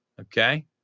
Okay